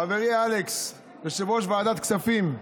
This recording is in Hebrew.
חברי אלכס יושב-ראש ועדת הכספים,